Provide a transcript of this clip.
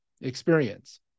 experience